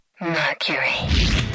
Mercury